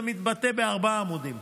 זה מתבטא בארבעה עמודים.